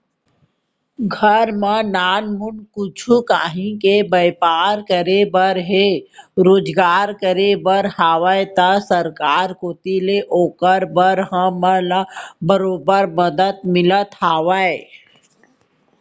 घर म नानमुन कुछु काहीं के बैपार करे बर हे रोजगार करे बर हावय त सरकार कोती ले ओकर बर हमन ल बरोबर मदद मिलत हवय